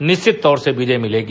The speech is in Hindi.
निश्चित तौर से विजय मिलेगी